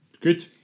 good